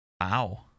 Wow